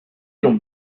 l’on